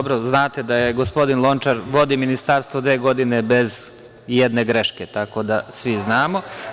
Dobro, znate da gospodin Lončar vodi Ministarstvo dve godine bez i jedne greške, tako da svi znamo.